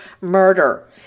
murder